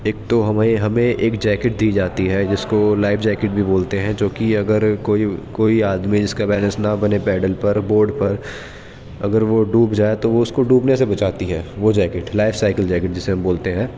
ایک تو ہمیں ہمیں ایک جیکٹ دی جاتی ہے جس کو لائف جیکٹ بھی بولتے ہیں جو کہ اگر کوئی کوئی آدمی جس کا بیلنس نہ بنے پیڈل پر بورڈ پر اگر وہ ڈوب جائے تو وہ اس کو ڈوبنے سے بچاتی ہے وہ جیکٹ لائیف سائیکل جیکٹ جسے ہم بولتے ہیں